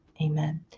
amen